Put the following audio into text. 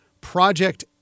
Project